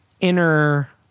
inner